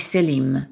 Selim